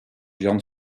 jan